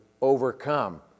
overcome